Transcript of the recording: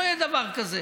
לא יהיה דבר כזה.